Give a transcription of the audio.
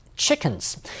chickens